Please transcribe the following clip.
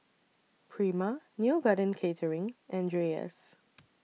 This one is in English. Prima Neo Garden Catering and Dreyers